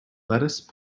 lettuce